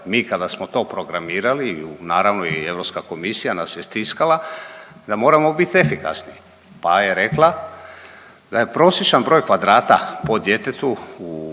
Mi kada smo to programirali, naravno i Europska komisija nas je stiskala da moramo biti efikasni pa je rekla da je prosječan broj kvadrata po djetetu u